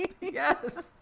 Yes